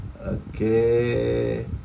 Okay